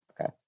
Okay